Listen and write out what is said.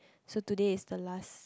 so today is the last